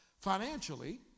financially